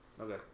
Okay